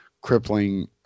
crippling